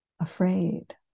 afraid